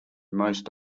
most